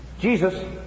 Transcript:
Jesus